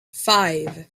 five